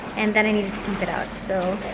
and then i needed to pump it out. so